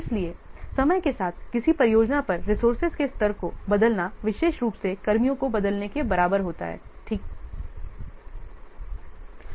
इसलिए समय के साथ किसी परियोजना पर रिसोर्सेज के स्तर को बदलना विशेष रूप से कर्मियों को बदलने के बराबर होता है ठीक करना